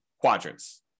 quadrants